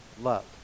Love